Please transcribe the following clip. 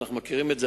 אנחנו מכירים את זה.